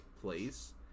place